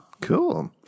Cool